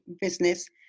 business